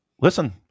listen